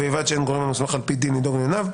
ובלבד שאין גורם המוסמך על פי דין לדאוג לענייניו,